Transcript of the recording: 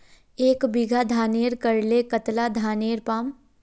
एक बीघा धानेर करले कतला धानेर पाम?